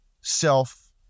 self